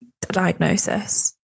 diagnosis